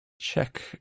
check